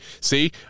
See